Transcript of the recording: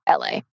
LA